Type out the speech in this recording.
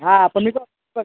हां पण मी काय